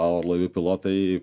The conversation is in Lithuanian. o orlaivių pilotai